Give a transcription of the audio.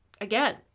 Again